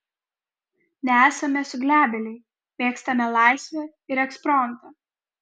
nesame suglebėliai mėgstame laisvę ir ekspromtą